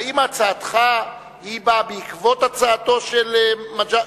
האם הצעתך באה בעקבות הצעתו של מג'אדלה?